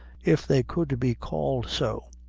if they could be called so,